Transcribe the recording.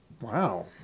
Wow